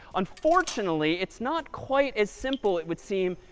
unfortunately, it's not quite as simple it would seem,